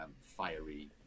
fiery